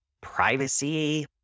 privacy